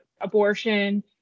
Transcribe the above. abortion